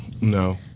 No